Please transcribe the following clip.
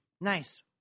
Nice